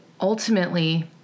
ultimately